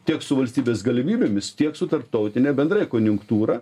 tik su valstybės galimybėmis tiek su tarptautine bendrai konjunktūra